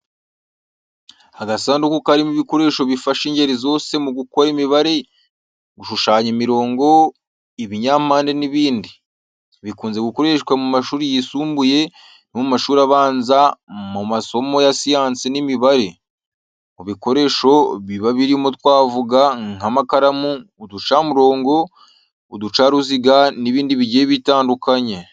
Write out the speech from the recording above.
Agasanduku karimo ibikoresho bifasha ingeri zose mu gukora imibare, gushushanya imirongo, ibinyampande n’ibindi. Bikunze gukoreshwa mu mashuri yisumbuye no mu mashuri abanza mu masomo ya siyansi n'imibare. Mu bikoresho biba birimo twavuga nk’amakaramu, uducamurongo, uducaruziga n’ibindi bigiye bitandukanye.